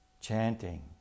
chanting